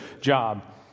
job